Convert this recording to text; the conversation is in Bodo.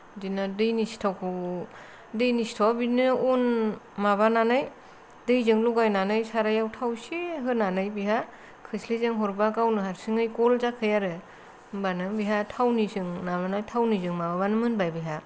बिदिनो दैनि सिथावखौ दैनि सिथावा बिदिनो अन माबानानै दैजों लगायनानै सारायाव थाव इसे होनानै बेहा खोस्लिजों हरबा गावनो हारसिंयै गल जाखायो आरो होम्बानो बेहा थावनिजों माबाना थावनिजों माबाबानो मोनबाय बेहा